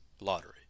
lottery